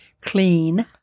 clean